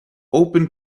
open